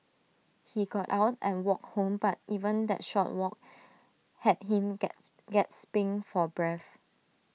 he got out and walked home but even that short walk had him get gasping for breath